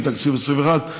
אין תקציב ל-2021.